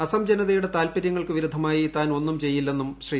അസം ജനതയുടെ താത്പര്യങ്ങൾക്ക് വിരുദ്ധമായി താൻ ഒന്നും ചെയ്യില്ലെന്നും ശ്രീ